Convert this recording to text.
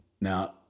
Now